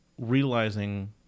realizing